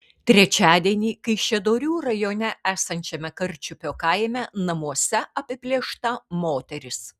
trečiadienį kaišiadorių rajone esančiame karčiupio kaime namuose apiplėšta moteris